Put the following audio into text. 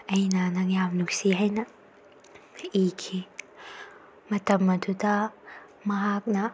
ꯑꯩꯅ ꯅꯪ ꯌꯥꯝ ꯅꯨꯡꯁꯤ ꯍꯥꯏꯅ ꯏꯈꯤ ꯃꯇꯝ ꯑꯗꯨꯗ ꯃꯍꯥꯛꯅ